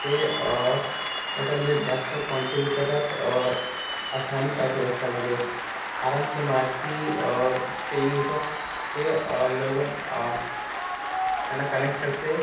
ते त्याचामध्ये जास्त काँट्रीब्युट करतात अस्थानिक अर्थव्यवस्थामध्ये कारण ते मराठी चे युज होतो ते लोगन त्यांना कनेक्ट करते